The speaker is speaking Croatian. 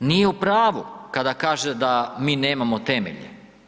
nije u pravu kada kaže da mi nemamo temelj.